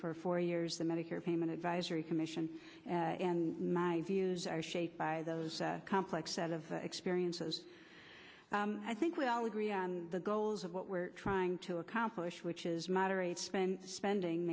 for four years the medicare payment advisory commission and my views are shaped by those complex set of experiences i think we all agree on the goals of what we're trying to accomplish which is moderate spend spending